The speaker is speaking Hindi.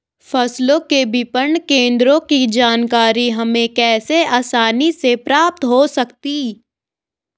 फसलों के विपणन केंद्रों की जानकारी हमें कैसे आसानी से प्राप्त हो सकती?